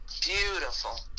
Beautiful